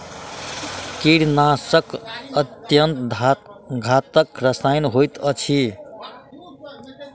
कीड़ीनाशक अत्यन्त घातक रसायन होइत अछि